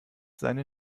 seine